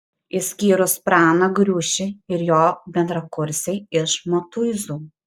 išskyrus praną griušį ir jo bendrakursį iš matuizų